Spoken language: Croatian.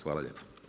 Hvala lijepo.